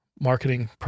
marketing